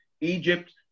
Egypt